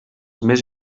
més